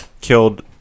killed